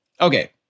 Okay